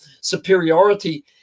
superiority